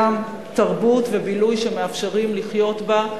גם תרבות ובילוי שמאפשרים לחיות בה,